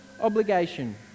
obligation